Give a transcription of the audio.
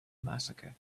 massacre